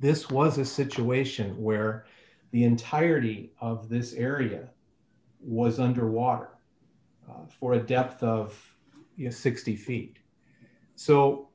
this was a situation where the entirety of this area was underwater for the depth of sixty feet so